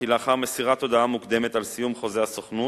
כי לאחר מסירת הודעה מוקדמת על סיום חוזה הסוכנות,